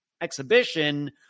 exhibition